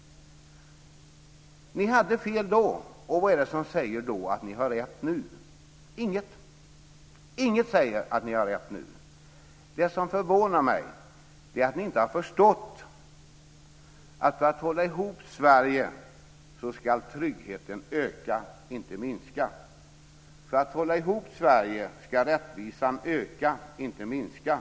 Ni hade fel då, och vad är det som säger att ni har rätt nu? Ingenting säger att ni har rätt nu. Det som förvånar mig är att ni inte har förstått att tryggheten ska öka, inte minska, för att vi ska kunna hålla ihop Sverige. För att vi ska kunna hålla ihop Sverige ska rättvisan öka, inte minska.